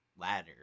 ladder